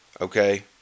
Okay